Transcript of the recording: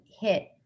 hit